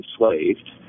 enslaved